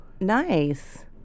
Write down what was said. Nice